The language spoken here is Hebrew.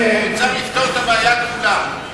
כיצד לפתור את הבעיה כולה.